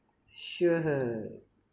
sure